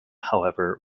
however